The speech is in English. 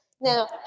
Now